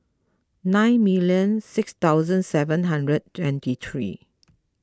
nine million six thousand seven hundred twenty three